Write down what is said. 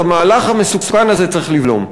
את המהלך המסוכן הזה צריך לבלום.